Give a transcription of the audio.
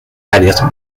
áreas